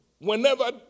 Whenever